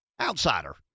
outsider